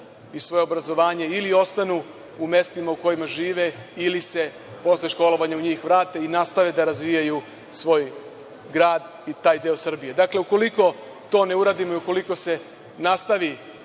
i svoje obrazovanje ili ostanu u mestima u kojima žive ili se posle školovanja u njih vrate i nastave da razvijaju svoj grad i taj deo Srbije. Dakle, ukoliko to ne uradimo i ukoliko se nastavi